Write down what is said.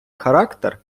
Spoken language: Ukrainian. характер